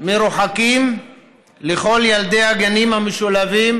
מרוחקים יינתן מלווה לכל ילדי הגנים המשולבים